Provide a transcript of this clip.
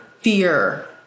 fear